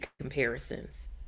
comparisons